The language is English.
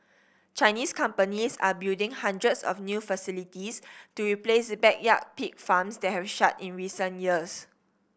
Chinese companies are building hundreds of new facilities to replace backyard pig farms that have shut in recent years